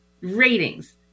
ratings